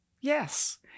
Yes